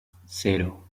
cero